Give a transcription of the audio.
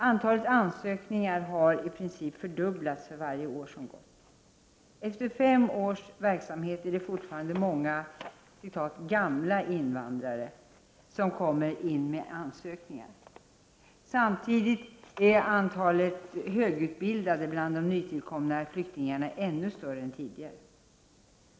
Antalet ansökningar har i princip fördubblats för varje år som gått. Efter fem års verksamhet är det fortfarande många ”gamla invandrare” som kommer in med ansökningar. Samtidigt är antalet högutbildade bland de nytillkomna flyktingarna större än tidigare.